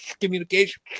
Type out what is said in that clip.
communication